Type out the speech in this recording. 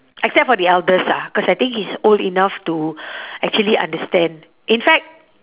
except for the eldest ah cause I think he's old enough to actually understand in fact